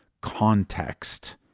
context